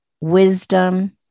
Wisdom